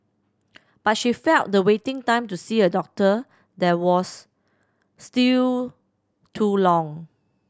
but she felt the waiting time to see a doctor there was still too long